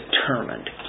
determined